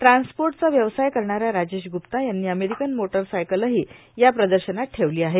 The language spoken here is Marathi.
ट्रान्सपोर्टचा व्यवसाय करणाऱ्या राजेश ग्रप्ता यांनी अमेरिकन मोटरसायकलही या प्रदर्शनात ठेवली आहे